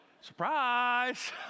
Surprise